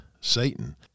Satan